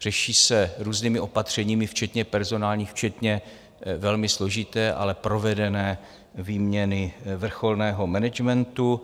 Řeší se různými opatřeními včetně personálních, včetně velmi složité, ale provedené výměny vrcholného managementu.